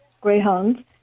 greyhounds